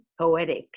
poetic